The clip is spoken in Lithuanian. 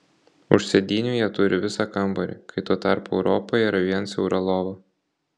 už sėdynių jie turi visą kambarį kai tuo tarpu europoje yra vien siaura lova